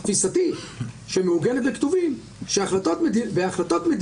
האם הדבר לא יביא לידי כך שפשוט נפסיק עם המנהג ששרים מאצילים סמכויות?